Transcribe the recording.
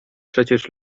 przecież